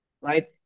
right